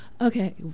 okay